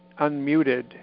unmuted